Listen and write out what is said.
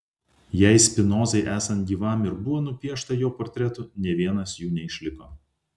jei spinozai esant gyvam ir buvo nupiešta jo portretų nė vienas jų neišliko